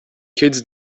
kids